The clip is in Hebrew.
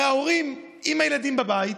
הרי ההורים עם הילדים בבית,